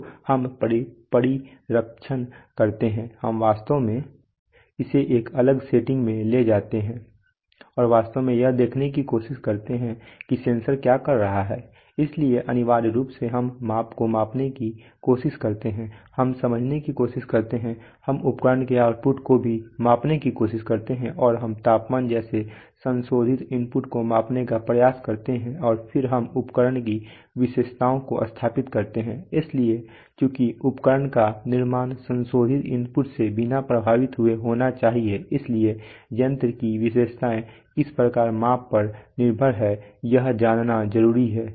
तो हम परिरक्षण करते हैं हम वास्तव में इसे एक अलग सेटिंग में ले जाते हैं और वास्तव में यह देखने की कोशिश करते हैं कि सेंसर क्या कर रहा है इसलिए अनिवार्य रूप से हम माप को मापने की कोशिश करते हैं हम समझने की कोशिश करते हैं हम उपकरण के आउटपुट को भी मापने की कोशिश करते हैं और हम तापमान जैसे संशोधित इनपुट को मापने का प्रयास करते हैं और फिर हम उपकरण की विशेषताओं को स्थापित करते हैं इसलिए चूंकि उपकरण का निर्माण संशोधित इनपुट से बिना प्रभावित हुए होना चाहिए इसलिए यंत्र की विशेषताएँ किस प्रकार माप पर निर्भर हैं यह जानना जरूरी है